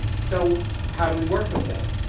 so how do we work with that?